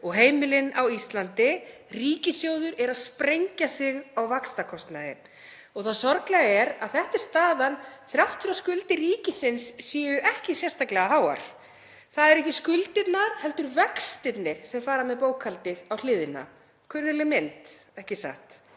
og heimilin á Íslandi. Ríkissjóður er að sprengja sig á vaxtakostnaði. Það sorglega er að þetta er staðan þrátt fyrir að skuldir ríkisins séu ekki sérstaklega háar. Það eru ekki skuldirnar heldur vextirnir sem fara með bókhaldið á hliðina. Kunnugleg mynd, ekki satt?